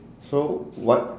so what